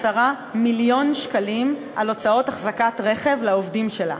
מיליון שקלים על הוצאות אחזקת רכב לעובדים שלה,